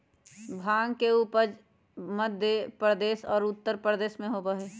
भांग के उपज मध्य प्रदेश और उत्तर प्रदेश में होबा हई